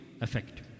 effect